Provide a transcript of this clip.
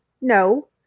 No